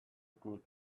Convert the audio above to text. good